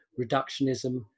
reductionism